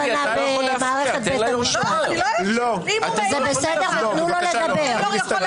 הורסים את